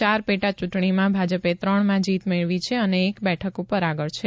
ચાર પેટા ચૂંટણીમાં ભાજપે ત્રણમાં જીત મેળવી છે અને એક બેઠક પર આગળ છે